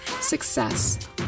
success